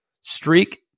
streak